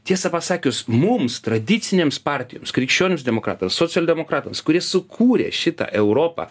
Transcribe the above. tiesą pasakius mums tradicinėms partijoms krikščionims demokratams socialdemokratams kurie sukūrė šitą europą